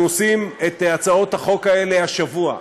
שאנחנו עושים את הצעות החוק האלה השבוע,